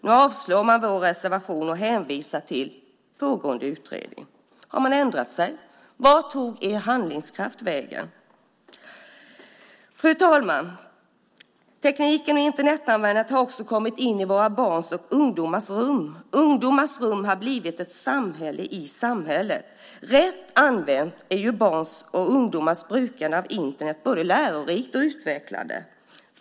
Nu avstyrker man vår reservation och hänvisar till pågående utredning. Har man ändrat sig? Vart tog er handlingskraft vägen? Fru talman! Tekniken och Internetanvändandet har också kommit in i våra barns och ungdomars rum. Ungdomars rum har blivit ett samhälle i samhället. Rätt använt är Internet både lärorikt och utvecklande för barn och ungdomar.